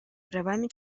правами